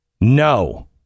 No